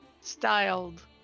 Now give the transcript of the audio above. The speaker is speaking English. styled